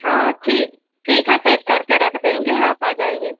हाँ हाँ ठीक ठीक है पैक करके रख देंगे आप आ जाइए